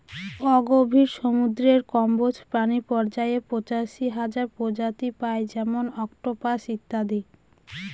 অগভীর সমুদ্রের কম্বজ প্রাণী পর্যায়ে পঁচাশি হাজার প্রজাতি পাই যেমন অক্টোপাস ইত্যাদি